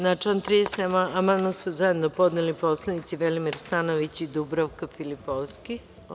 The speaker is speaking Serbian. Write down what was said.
Na član 31. amandman su zajedno podneli narodni poslanici Velimir Stanojević i Dubravka Filipovski.